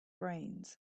brains